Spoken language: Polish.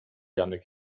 janek